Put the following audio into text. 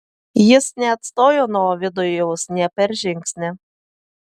jis neatstojo nuo ovidijaus nė per žingsnį